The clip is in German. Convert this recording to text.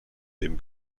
dem